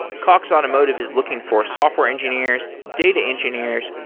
cox automotive is looking for software engineers, data engineers,